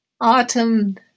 autumn